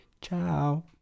Ciao